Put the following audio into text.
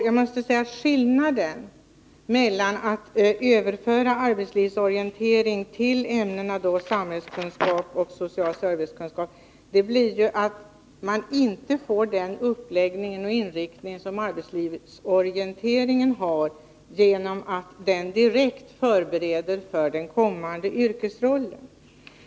Jag måste säga att skillnaden mellan att överföra arbetslivsorienteringen till ämnena samhällskunskap och social servicekunskap då blir att man inte får den uppläggning och inriktning av arbetslivsorienteringen som ämnet nu har genom att det direkt förbereder eleverna för den kommande yrkesrollen.